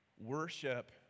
worship